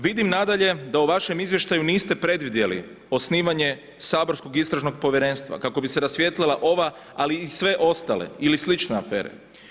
Vidim nadalje da u vašem izvještaju niste predvidjeli osnivanje saborskog istražnog povjerenstva kako bi se rasvijetlila ova, ali i sve ostale ili slične afere.